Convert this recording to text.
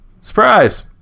Surprise